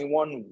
one